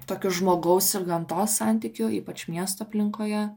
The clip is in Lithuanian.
tokiu žmogaus ir gamtos santykiu ypač miesto aplinkoje